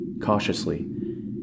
cautiously